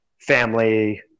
family